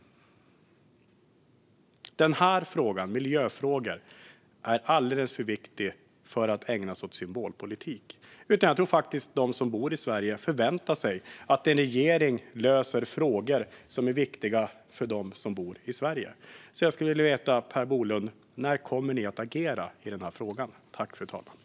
Miljöfrågor är alldeles för viktiga för att ägnas åt symbolpolitik. Jag tror faktiskt att de som bor i Sverige förväntar sig att en regering löser frågor som är viktiga för dem som bor i landet. När kommer ni att agera i frågan, Per Bolund?